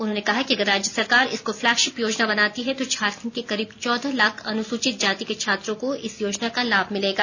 उन्होंने कहा कि अगर राज्य सरकार इसको फ्लैगशिप योजना बनाती है तो झारखंड के करीब चौदह लाख अनुसूचित जाति के छात्रों को इस योजना का लाभ मिलेगा